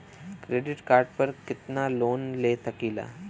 Credit card पर कितनालोन ले सकीला?